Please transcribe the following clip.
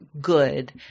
good